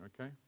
okay